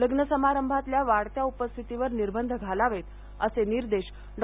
लग्नसमारंभातल्या वाढत्या उपस्थितीवर निर्बंध घालावेत असे निर्देश डॉ